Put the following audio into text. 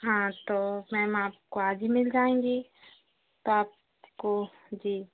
हाँ तो मैम आपको आज ही मिल जाएँगी तो आपको जी